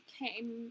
came